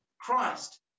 Christ